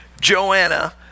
Joanna